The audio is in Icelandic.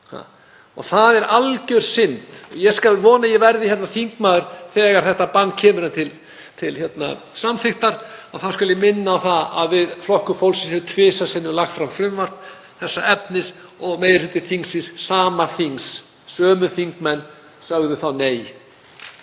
Það er algjör synd. Ég vona að ég verði þingmaður hér þegar þetta bann kemur til samþykktar, þá skal ég minna á það að við í Flokki fólksins höfum tvisvar sinnum lagt fram frumvarp þessa efnis og meiri hluti þingsins, sama þings, sömu þingmenn hafi þá sagt